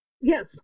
Yes